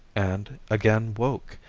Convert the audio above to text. and again woke,